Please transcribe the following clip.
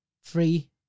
free